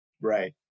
Right